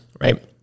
right